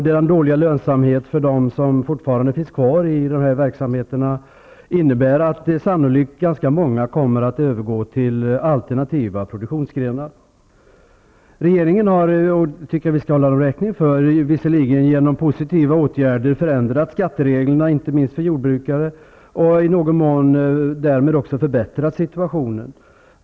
Den dåliga lönsamhet för dem som fortfarande finns kvar i dessa verksamheter innebär att sannolikt ganska många kommer att övergå till alternativa produktionsgrenar. Regeringen har visserligen, vilket jag tycker att vi skall hålla den räkning för, genom positiva åtgärder förändrat skattereglerna, inte minst för jordbrukare och i någon mån därmed förbättrat situationen.